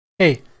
Hey